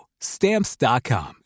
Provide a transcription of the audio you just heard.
Stamps.com